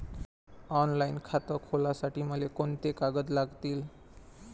Online खातं खोलासाठी मले कोंते कागद लागतील?